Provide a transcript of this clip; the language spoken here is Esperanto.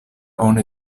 oni